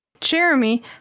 Jeremy